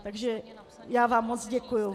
Takže vám moci děkuju.